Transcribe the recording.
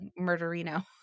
murderino